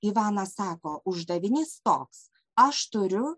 ivanas sako uždavinys toks aš turiu